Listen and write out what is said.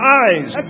eyes